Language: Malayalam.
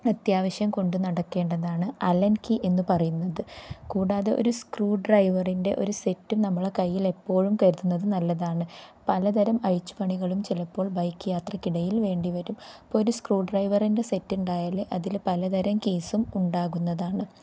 അത്യാവശ്യം കൊണ്ട് നടക്കേണ്ടതാണ് അലൻ കി എന്ന് പറയുന്നത് കൂടാതെ ഒരു സ്ക്രൂഡ്രൈവറിൻ്റെ ഒരു സെറ്റും നമ്മളെ കയ്യിൽ എപ്പോഴും കരുതുന്നത് നല്ലതാണ് പലതരം അഴിച്ചുപണികളും ചിലപ്പോൾ ബൈക്ക് യാത്രക്കിടയിൽ വേണ്ടി വരും അപ്പം ഒരു സ്ക്രൂഡ്രൈവറിൻ്റെ സെറ്റ് ഉണ്ടായാൽ അതിൽ പലതരം കേസും ഉണ്ടാകുന്നതാണ്